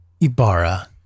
Ibarra